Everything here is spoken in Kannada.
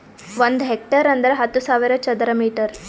ಒಂದ್ ಹೆಕ್ಟೇರ್ ಅಂದರ ಹತ್ತು ಸಾವಿರ ಚದರ ಮೀಟರ್